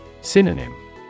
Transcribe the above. Synonym